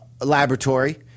laboratory